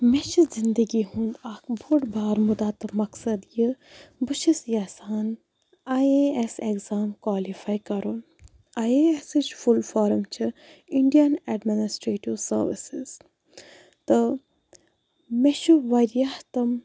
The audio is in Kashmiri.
مےٚ چھِ زندگی ہُنٛد اَکھ بوٚڑ بار مُدا تہٕ مقصد یہِ بہٕ چھُس یَژھان I A S exam qualify کَرُن آی اے ایٚسٕچ فُل فارَم چھِ اِنڈیَن ایڈمِنِسٹرٛیٹِو سٔروِسِز تہٕ مےٚ چھُ وارِیاہ تم